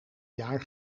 jaar